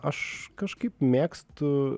aš kažkaip mėgstu